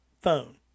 phone